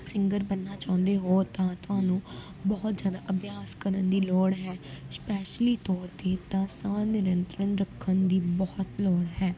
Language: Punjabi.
ਸਿੰਗਰ ਬਣਨਾ ਚਾਹੁੰਦੇ ਹੋ ਤਾਂ ਤੁਹਾਨੂੰ ਬਹੁਤ ਜ਼ਿਆਦਾ ਅਭਿਆਸ ਕਰਨ ਦੀ ਲੋੜ ਹੈ ਸਪੈਸ਼ਲੀ ਤੌਰ 'ਤੇ ਤਾਂ ਸਾਹ ਨਿਰੰਤਰਨ ਰੱਖਣ ਦੀ ਬਹੁਤ ਲੋੜ ਹੈ